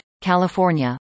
California